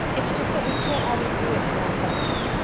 it's just that we can't always do it in one fell swoop.